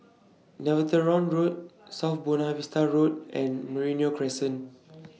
Netheravon Road South Buona Vista Road and Merino Crescent